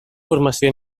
formació